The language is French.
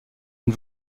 une